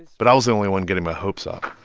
but i was the only one getting my hopes up